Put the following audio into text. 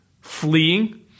fleeing